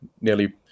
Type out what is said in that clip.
nearly